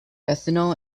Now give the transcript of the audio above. ethanol